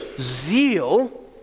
zeal